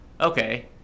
Okay